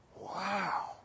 Wow